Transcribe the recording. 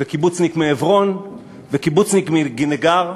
קיבוצניק מעברון וקיבוצניק מגניגר,